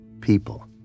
people